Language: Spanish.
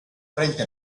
frente